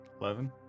Eleven